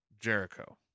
Jericho